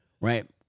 right